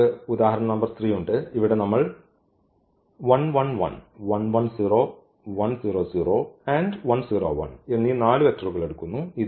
നമുക്ക് ഈ ഉദാഹരണ നമ്പർ 3 ഉണ്ട് ഇവിടെ നമ്മൾ എന്നീ വെക്റ്ററുകൾ എടുക്കുന്നു